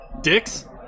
Dicks